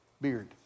beard